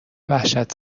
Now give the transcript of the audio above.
وحشت